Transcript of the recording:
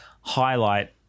highlight